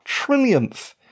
trillionth